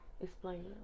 explain